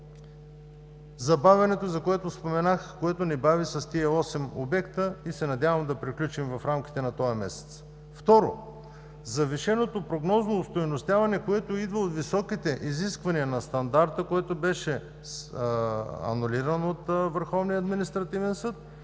забавянето, за което споменах, което ни бави с тези осем обекта и се надявам да приключим в рамките на този месец. Второ, завишеното прогнозно остойностяване, което идва от високите изисквания на стандарта, беше анулирано от Върховния административен съд,